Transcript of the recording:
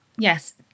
Yes